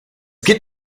geht